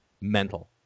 mental